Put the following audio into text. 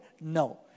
No